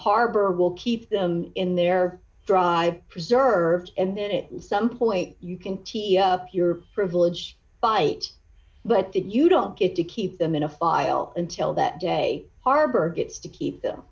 harbor will keep them in their drive preserved and then it will some point you can teach your privilege by it but that you don't get to keep them in a file until that day arbor gets to keep them